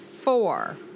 Four